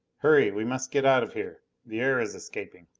hurry, we must get out of here the air is escaping!